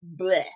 bleh